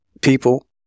people